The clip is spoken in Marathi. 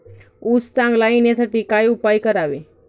ऊस चांगला येण्यासाठी काय उपाय करावे?